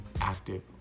active